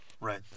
Right